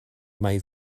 mai